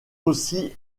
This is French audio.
aussi